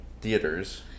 theaters